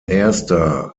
erster